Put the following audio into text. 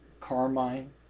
Carmine